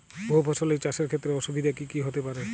বহু ফসলী চাষ এর ক্ষেত্রে অসুবিধে কী কী হতে পারে?